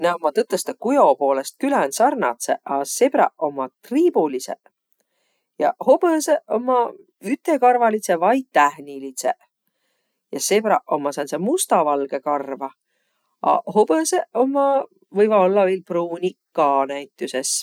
Nä ommaq tõtõstõq kujo poolõst küländ sarnadsõq. A sebräq ommaq triibulisõq ja hobõsõq ommaq ütekarvalidsõq vai tähnilidseq. Ja sebräq ommaq sääntseq mustavalgõ karva, a hobõsõq ommaq võivaq ollaq viil pruuniq ka näütüses.